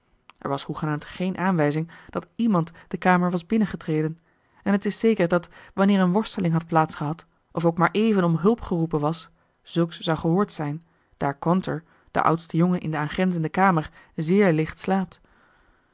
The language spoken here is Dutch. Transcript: er was hoegenaamd geen aanwijzing dat iemand de kamer was binnengetreden en het is zeker dat wanneer een worsteling had plaats gehad of ook maar even om hulp geroepen was zulks zou gehoord zijn daar caunter de oudste jongen in de aangrenzende kamer zeer licht slaapt